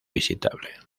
visitable